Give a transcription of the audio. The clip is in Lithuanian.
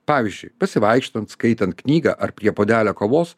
pavyzdžiui pasivaikštant skaitant knygą ar prie puodelio kavos